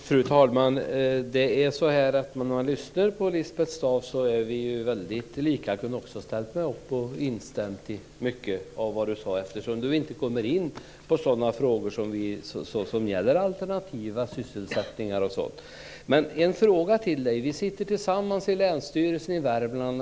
Fru talman! När man lyssnar på Lisbeth Staaf Igelström hör man att vi tycker väldigt lika. Jag kunde också ha ställt mig upp och instämt i mycket av vad hon sade eftersom hon inte kom in på sådana frågor som gäller alternativa sysselsättningar och sådant. Men jag har en fråga till Lisbeth Staaf-Igelström, eftersom hon höll ett riktigt Värmlandstal.